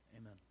Amen